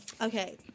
Okay